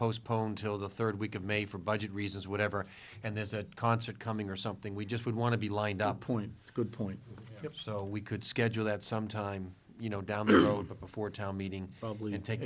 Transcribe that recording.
proposed poem till the third week of may for budget reasons whatever and there's a concert coming or something we just would want to be lined up point good point it so we could schedule that some time you know down the road before a town meeting probably and take